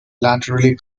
laterally